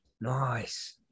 Nice